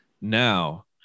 now